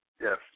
Yes